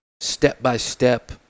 step-by-step